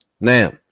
Now